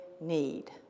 need